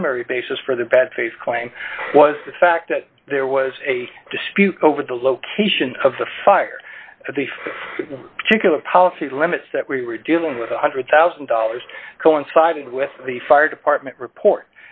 primary basis for the bad faith claim was the fact that there was a dispute over the location of the fire at the foot chicken a policy limits that we were dealing with one hundred thousand dollars coinciding with the fire department report